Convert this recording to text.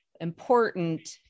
important